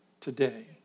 today